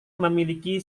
memiliki